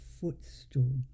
footstool